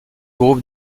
groupe